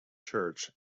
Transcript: church